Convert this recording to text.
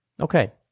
Okay